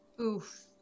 Oof